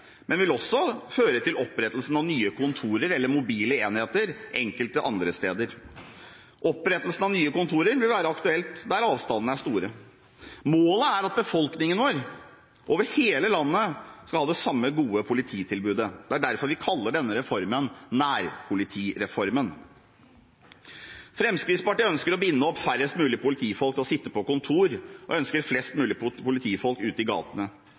men det vil også føre til opprettelse av nye kontorer, eller mobile enheter, enkelte andre steder. Opprettelse av nye kontorer vil være aktuelt der avstandene er store. Målet er at befolkningen vår over hele landet skal ha det samme gode polititilbudet. Det er derfor vi kaller denne reformen nærpolitireformen. Fremskrittspartiet ønsker å binde opp færrest mulig politifolk til å sitte på kontor og ønsker flest mulig politifolk ute i gatene.